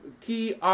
key